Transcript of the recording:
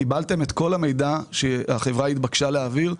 קיבלתם את כל המידע שהחברה התבקשה להעביר,